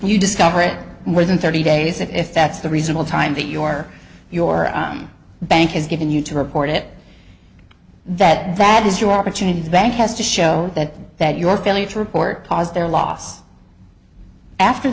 you discover it within thirty days if that's the reasonable time that your your bank has given you to report it that that is your opportunities bank has to show that that your failure to report caused their loss after